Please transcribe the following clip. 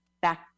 back